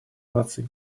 наций